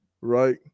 right